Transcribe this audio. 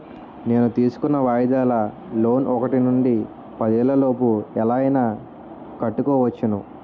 నేను తీసుకున్న వాయిదాల లోన్ ఒకటి నుండి పదేళ్ళ లోపు ఎలా అయినా కట్టుకోవచ్చును